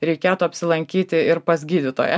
reikėtų apsilankyti ir pas gydytoją